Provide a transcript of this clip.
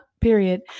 period